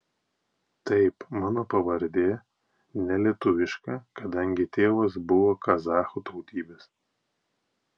taip mano pavardė ne lietuviška kadangi tėvas buvo kazachų tautybės